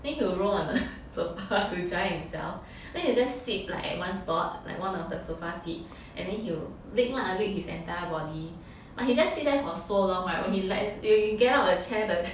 then he will roll on the sofa to dry himself then he will just sit at like one spot like one of the sofa seat and then he will lick lah lick his entire body but he just sit there for so long [right] when he like when he get out of the chair the